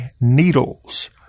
needles